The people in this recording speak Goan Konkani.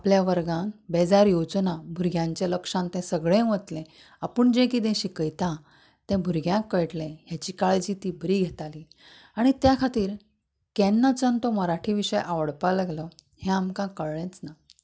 आपल्या वर्गांत बेजार येवचो ना भुरग्यांच्या लक्षान तें सगळें वतलें आपूण जें कितें शिकयता तें भुरग्यांक कळटलें हाची काळजी ती बरी घेताली आनी त्या खातीर केन्नाच्यान तो मराठी विशय आवडपाक लागलो हें आमकां कळ्ळेंच ना